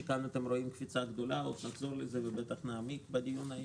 שכאן אתם רואים קפיצה גדולה עוד נחזור לזה ובטח נעמיק בדיון היום,